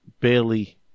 Barely